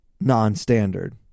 non-standard